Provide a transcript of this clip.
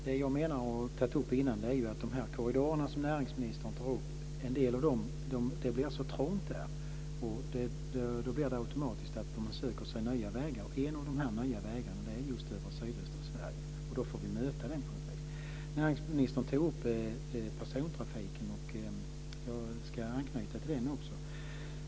Fru talman! Det jag menar och har tagit upp tidigare är att det blir så trångt i en del av de korridorer som näringsministern tar upp. Då söker man sig automatiskt nya vägar. En av de här nya vägarna går just över sydöstra Sverige. Då får vi möta det på något vis. Näringsministern tog upp persontrafiken. Jag ska anknyta till den också.